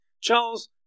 Charles